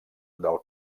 del